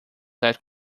that